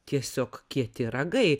tiesiog kieti ragai